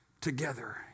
together